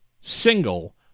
single